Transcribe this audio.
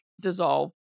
dissolve